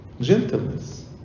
Gentleness